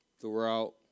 throughout